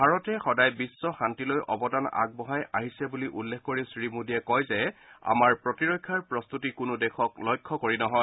ভাৰতে সদায় বিশ্বশান্তিলৈ অবদান আগবঢ়াই আহিছে বুলি উল্লেখ কৰি শ্ৰীমোদীয়ে কয় যে আমাৰ প্ৰতিৰক্ষা প্ৰস্তুতি কোনো দেশক লক্ষ্য কৰি নহয়